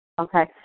Okay